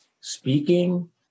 speaking